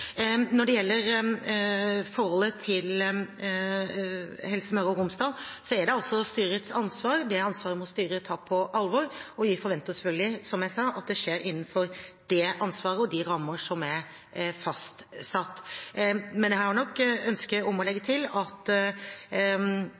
Når det gjelder forholdet til Helse Møre og Romsdal, er det styrets ansvar. Det ansvaret må styret ta på alvor, og vi forventer selvfølgelig, som jeg sa, at det skjer innenfor de rammer som er fastsatt. Men jeg ønsker å legge til at når det gjelder Helse Midt-Norge, har